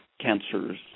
cancers